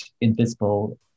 invisible